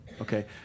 Okay